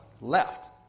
left